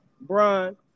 Brian